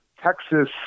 Texas